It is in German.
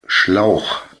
schlauch